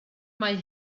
mae